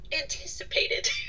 anticipated